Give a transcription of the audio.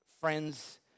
friends